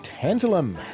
Tantalum